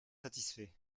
satisfaits